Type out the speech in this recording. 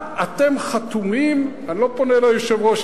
אני לא פונה ליושב-ראש,